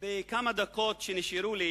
בכמה דקות שנשארו לי